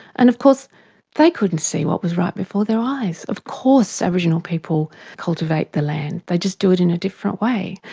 and of course they couldn't see what was right before their eyes. of course aboriginal people cultivate the land, they just do it in a different way.